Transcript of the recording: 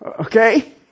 Okay